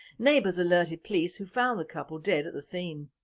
neighbours alerted police who found the couple dead at the scene.